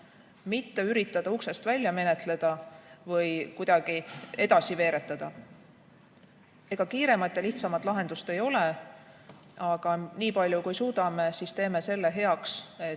mitte üritada uksest välja menetleda või kuidagi edasi veeretada. Ega kiiremat ja lihtsamat lahendust ei ole. Aga niipalju kui suudame, siis teeme selle heaks, et just